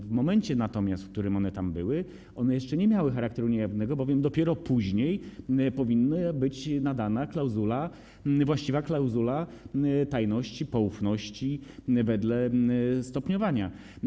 W momencie natomiast, w którym one tam były, jeszcze nie miały charakteru niejawnego, bowiem dopiero później powinna być nadana właściwa klauzula tajności, poufności wedle stopniowania.